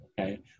Okay